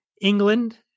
England